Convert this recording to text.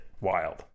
wild